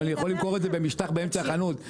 אני יכול למכור את זה במשטח באמצע החינוך,